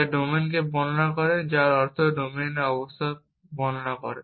যা ডোমেনকে বর্ণনা করে যার অর্থ ডোমেনের অবস্থা বর্ণনা করে